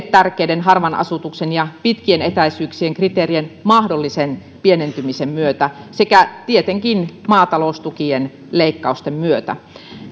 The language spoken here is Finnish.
tärkeiden harvan asutuksen ja pitkien etäisyyksien kriteerien mahdollisen pienentymisen myötä sekä tietenkin maataloustukien leikkausten myötä